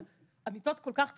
אבל המיטות כל כך צפופות,